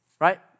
right